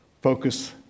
focus